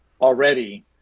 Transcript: already